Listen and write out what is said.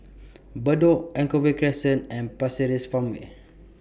Bedok Anchorvale Crescent and Pasir Ris Farmway